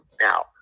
now